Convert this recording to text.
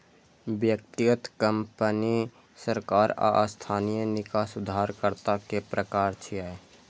व्यक्तिगत, कंपनी, सरकार आ स्थानीय निकाय उधारकर्ता के प्रकार छियै